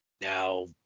now